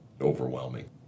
overwhelming